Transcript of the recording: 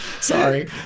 Sorry